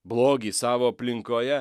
blogį savo aplinkoje